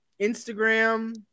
Instagram